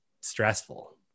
stressful